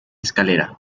escalera